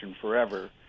forever